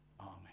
Amen